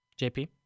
JP